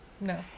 No